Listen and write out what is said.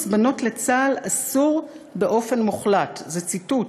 בנות לצה"ל אסור באופן מוחלט"; זה ציטוט.